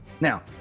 Now